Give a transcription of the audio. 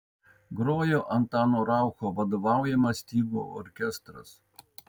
grojo antano raucho vadovaujamas stygų orkestras